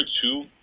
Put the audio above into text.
two